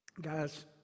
Guys